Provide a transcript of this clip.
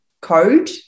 code